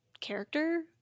character